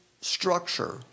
structure